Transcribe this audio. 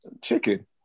chicken